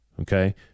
Okay